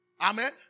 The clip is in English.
Amen